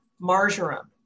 marjoram